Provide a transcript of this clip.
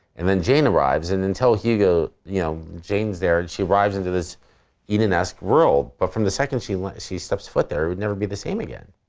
and then jane arrives and until hugo, you know, jane's there and she arrives into this eden-esque world but from the second she like she sets foot there, it would never be the same again.